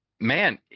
man